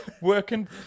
Working